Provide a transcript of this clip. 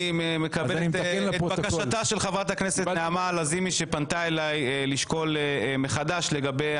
אני מקבל את בקשתה של חברת הכנסת נעמה לזימי שפנתה אלי לשקול מחדש לגבי